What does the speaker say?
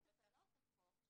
במסגרת תקנות החוק.